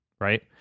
right